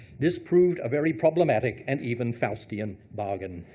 this proved a very problematic and even faustian bargain.